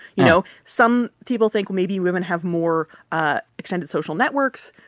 you know? some people think maybe women have more ah extended social networks.